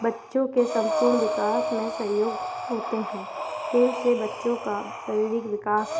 बच्चे के सम्पूर्ण विकास में सहयोग होते हैं खेल से बच्चों का शरीरिक विकास